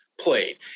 played